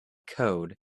code